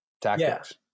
tactics